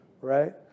right